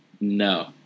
No